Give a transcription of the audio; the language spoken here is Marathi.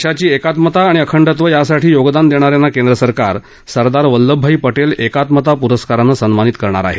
देशाची एकात्मता आणि अखंडत्व यासाठी योगदान देणाऱ्यांना केंद्रसरकार सरदार वल्लभभाई पटेल एकात्मता पुरस्कारानं सन्मानित करणार आहे